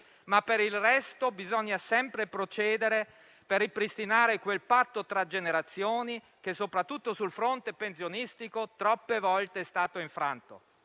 ma per il resto bisogna sempre procedere per ripristinare quel patto tra generazioni, che soprattutto sul fronte pensionistico troppe volte è stato infranto,